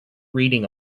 reading